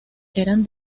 eran